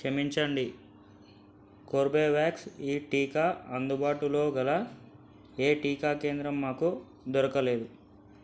క్షమించండి కోర్బేవాక్స్ ఈ టీకా అందుబాటులోగల యే టీకా కేంద్రం మాకు దొరకలేదు